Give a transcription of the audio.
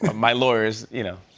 my lawyers, you know,